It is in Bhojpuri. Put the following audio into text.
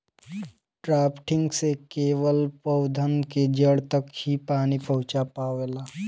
ड्राफ्टिंग से केवल पौधन के जड़ तक ही पानी पहुँच पावेला